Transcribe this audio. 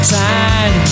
time